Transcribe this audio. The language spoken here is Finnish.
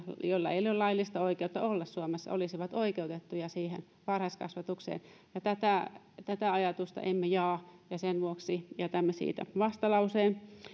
joilla ei ole laillista oikeutta olla suomessa olisivat oikeutettuja siihen varhaiskasvatukseen tätä tätä ajatusta emme jaa ja sen vuoksi jätämme siitä vastalauseen